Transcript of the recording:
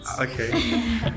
okay